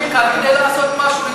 ואנחנו יושבים כאן כדי לעשות משהו,